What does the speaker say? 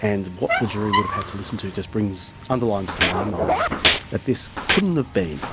and what the jury would have had to listen to to just so underlines to my mind that this couldn't have been